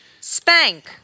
Spank